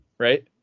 Right